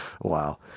Wow